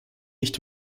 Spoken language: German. nicht